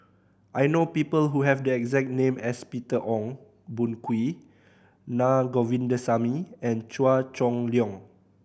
I know people who have the exact name as Peter Ong Boon Kwee Na Govindasamy and Chua Chong Long